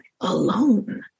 alone